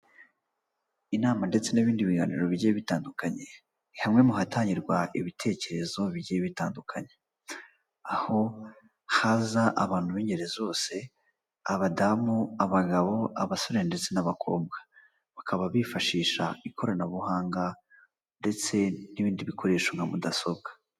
Inama ndetse n'ibindi biganiro bigiye bitandukanye ni hamwe mu hatangirwa ibitekerezo bigiye bitandukanye. Aho haza abantu b'ingeri zose abadamu, abagabo, abasore ndetse n'abakobwa. Bakaba bifashisha ikoranabuhanga ndetse n'ibindi bikoresho nka mudasobwa.